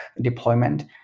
deployment